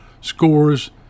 scores